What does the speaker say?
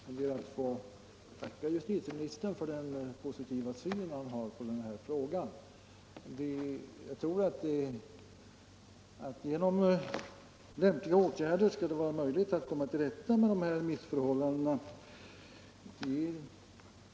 Herr talman! Jag ber att få tacka justitieministern för den positiva syn han har på frågan. Jag tror att det genom lämpliga åtgärder skall vara möjligt att komma till rätta med rådande missförhållanden.